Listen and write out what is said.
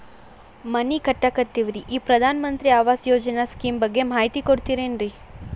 ಮನಿ ಕಟ್ಟಕತೇವಿ ರಿ ಈ ಪ್ರಧಾನ ಮಂತ್ರಿ ಆವಾಸ್ ಯೋಜನೆ ಸ್ಕೇಮ್ ಬಗ್ಗೆ ಮಾಹಿತಿ ಕೊಡ್ತೇರೆನ್ರಿ?